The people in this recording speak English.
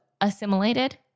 assimilated